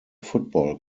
football